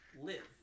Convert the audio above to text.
live